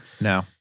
No